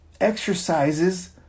exercises